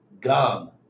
gum